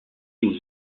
aux